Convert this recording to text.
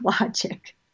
logic